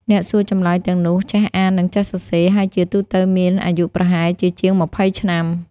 អ្នកសួរចម្លើយទាំងនោះចេះអាន និងចេះសរសេរ ហើយជាទូទៅមានអាយុប្រហែលជាជាងម្ភៃឆ្នាំ។